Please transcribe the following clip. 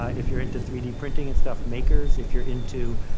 ah if you're into three d printing and stuff, makers. if you're into